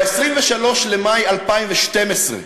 ב-23 במאי 2012,